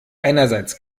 einerseits